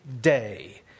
day